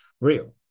real